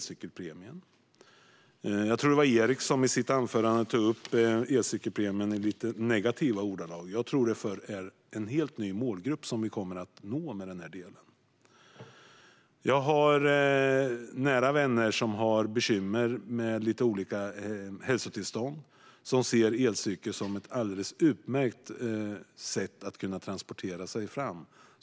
Jag tror att det var Erik som i sitt anförande tog upp elcykelpremien i lite negativa ordalag. Men med elcykelpremien kommer vi att nå en helt ny målgrupp. Jag har nära vänner som har bekymmer med olika hälsotillstånd. De ser elcykeln som ett alldeles utmärkt sätt att kunna transportera sig.